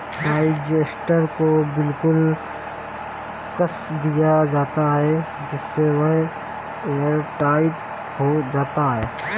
digester को बिल्कुल कस दिया जाता है जिससे वह एयरटाइट हो जाता है